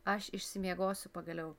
aš išsimiegosiu pagaliau